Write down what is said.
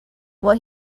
what